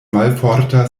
malforte